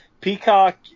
Peacock